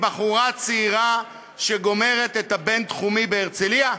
מבחורה צעירה שגומרת את הבין-תחומי בהרצליה?